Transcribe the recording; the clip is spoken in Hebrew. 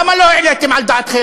למה לא העליתם על דעתכם?